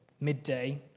midday